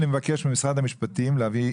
אני מבקש ממשרד המשפטים להביא,